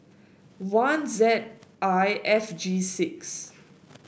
one Z I F G six